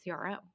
CRO